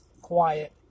quiet